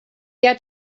get